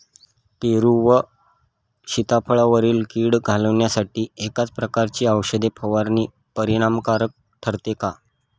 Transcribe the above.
पेरू व सीताफळावरील कीड घालवण्यासाठी एकाच प्रकारची औषध फवारणी परिणामकारक ठरते का?